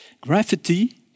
gravity